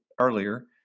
earlier